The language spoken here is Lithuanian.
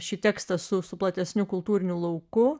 šį tekstą su su platesniu kultūriniu lauku